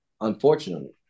unfortunately